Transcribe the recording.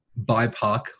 BIPOC